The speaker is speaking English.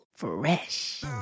Fresh